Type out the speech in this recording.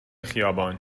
خیابان